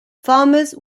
farmers